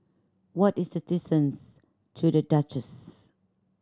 what is the distance to The Duchess